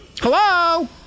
hello